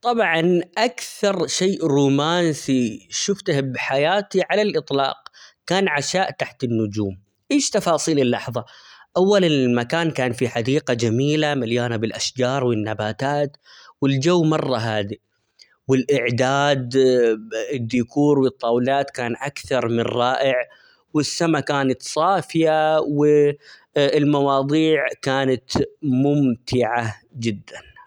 طبعًا أكثر شيء رومانسي شفته بحياتي على الإطلاق كان عشاء تحت النجوم ،ايش تفاصيل اللحظة؟ أول المكان كان فيه حديقة جميلة مليانة بالأشجار ،والنباتات، والجو مرة هادئ ،والإعداد -ال- الديكور ،والطاولات كان أكثر من رائع، والسما كانت صافية و المواضيع كانت ممتعة جدا.